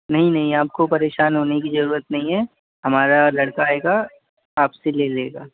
नहीं नहीं आपको परेशान होने की जरूरत नहीं है हमारा लड़का आएगा आपसे ले लेगा